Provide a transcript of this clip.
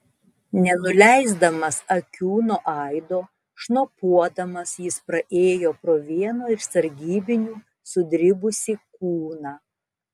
nenuleisdamas akių nuo aido šnopuodamas jis praėjo pro vieno iš sargybinių sudribusį kūną